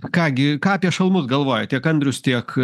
ką gi ką apie šalmus galvoja tiek andrius tiek